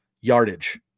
yardage